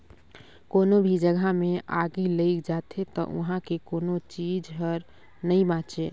कोनो भी जघा मे आगि लइग जाथे त उहां के कोनो चीच हर नइ बांचे